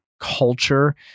culture